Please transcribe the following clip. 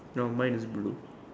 now mine is blue